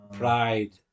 pride